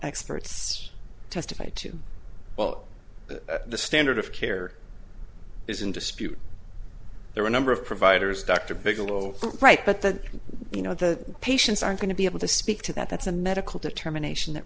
experts testified to well the standard of care is in dispute there are a number of providers dr bigelow right but that you know the patients aren't going to be able to speak to that that's a medical determination that